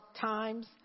times